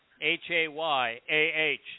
H-A-Y-A-H